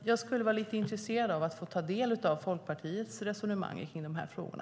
Jag är alltså lite intresserad av att ta del av Folkpartiets resonemang kring de här frågorna.